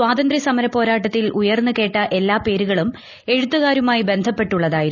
സ്ഥതന്ത്ര്യസമര പോരാട്ടത്തിൽ ഉയർന്ന് കേട്ട എല്ലാ പേരുകളും എഴുത്തുകാരുമായി ബന്ധപ്പെട്ടുള്ളതായിരുന്നു